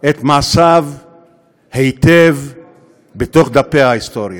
את מעשיו היטב בתוך דפי ההיסטוריה.